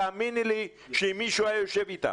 תאמיני לי שאם מישהו היה יושב איתם,